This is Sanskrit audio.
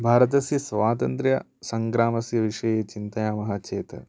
भारतस्य स्वातन्त्र्यसङ्ग्रामस्य विषये चिन्तयामः चेत्